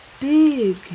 big